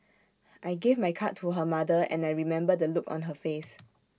I gave my card to her mother and I remember the look on her face